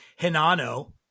Hinano